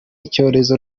icyorezo